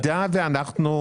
מה שנכתב,